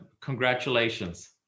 congratulations